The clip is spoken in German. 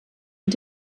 mit